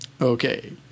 Okay